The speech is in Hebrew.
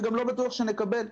ולא בטוח שנקבל,